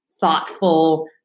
thoughtful